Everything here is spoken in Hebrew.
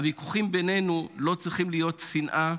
הוויכוחים בינינו לא צריכים להיות שנאה,